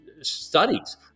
studies